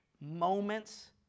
moments